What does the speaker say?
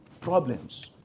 problems